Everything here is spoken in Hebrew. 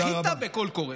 עשה כאילו הוא ממפעל הפיס.